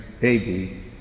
baby